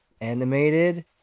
animated